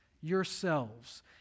yourselves